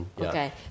Okay